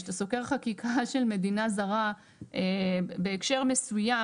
כשאתה סוקר חקיקה של מדינה זרה בהקשר מסוים,